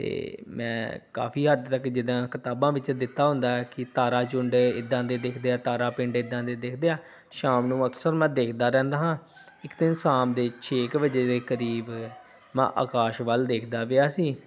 ਅਤੇ ਮੈਂ ਕਾਫੀ ਹੱਦ ਤੱਕ ਜਿੱਦਾਂ ਕਿਤਾਬਾਂ ਵਿੱਚ ਦਿੱਤਾ ਹੁੰਦਾ ਹੈ ਕਿ ਤਾਰਾ ਝੁੰਡ ਇੱਦਾਂ ਦੇ ਦਿੱਖਦੇ ਆ ਤਾਰਾ ਪਿੰਡ ਇੱਦਾਂ ਦੇ ਦਿਖਦੇ ਆ ਸ਼ਾਮ ਨੂੰ ਅਕਸਰ ਮੈਂ ਦੇਖਦਾ ਰਹਿੰਦਾ ਹਾਂ ਇੱਕ ਦਿਨ ਸ਼ਾਮ ਦੇ ਛੇ ਕੁ ਵਜੇ ਦੇ ਕਰੀਬ ਮੈਂ ਆਕਾਸ਼ ਵੱਲ ਦੇਖਦਾ ਪਿਆ ਸੀ